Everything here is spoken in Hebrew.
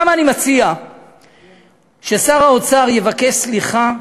למה אני מציע ששר האוצר יבקש סליחה,